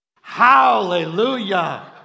Hallelujah